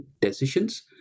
decisions